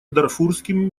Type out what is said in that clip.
дарфурским